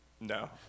No